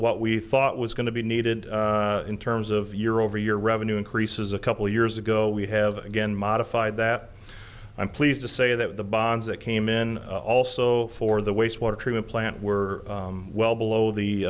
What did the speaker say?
what we thought was going to be needed in terms of year over year revenue increases a couple of years ago we have again modified that i'm pleased to say that the bonds that came in also for the wastewater treatment plant were well below the